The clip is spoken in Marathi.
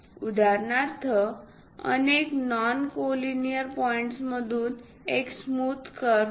उदाहरणार्थ अनेक नॉन कोलिनिअर पॉइंट्स मधून एक स्मूथ कर्व घ्या